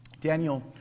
Daniel